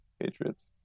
Patriots